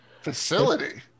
Facility